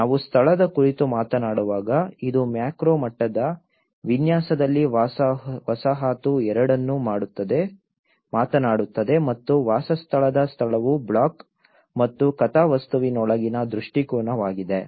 ನಾವು ಸ್ಥಳದ ಕುರಿತು ಮಾತನಾಡುವಾಗ ಇದು ಮ್ಯಾಕ್ರೋ ಮಟ್ಟದ ವಿನ್ಯಾಸದಲ್ಲಿ ವಸಾಹತು ಎರಡನ್ನೂ ಮಾತನಾಡುತ್ತದೆ ಮತ್ತು ವಾಸಸ್ಥಳದ ಸ್ಥಳವು ಬ್ಲಾಕ್ ಮತ್ತು ಕಥಾವಸ್ತುವಿನೊಳಗಿನ ದೃಷ್ಟಿಕೋನವಾಗಿದೆ